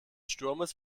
sturmes